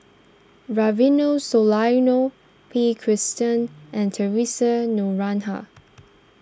Rufino Soliano P Krishnan and theresa Noronha